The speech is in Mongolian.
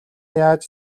яаж